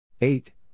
Eight